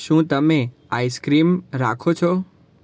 શું તમે આઈસક્રીમ રાખો છો